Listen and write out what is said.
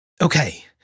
Okay